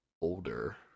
older